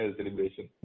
celebration